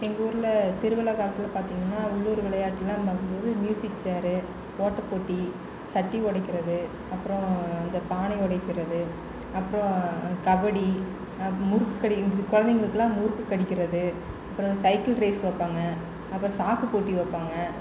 எங்கூர்ல திருவிழா காலத்தில் பார்த்திங்கன்னா உள்ளூர் விளையாட்டெலாம் பார்க்கும்போது மியூசிக் ச்சேரு ஓட்ட போட்டி சட்டி உடைக்கிறது அப்றம் இந்த பானையை உடைக்கிறது அப்றம் கபடி முறுக்கு கடி இது குழந்தைங்களுக்குலாம் முறுக்கு கடிக்கிறது அப்றம் இந்த சைக்கிள் ரேஸ் வைப்பாங்க அப்புறம் சாக்கு போட்டி வைப்பாங்க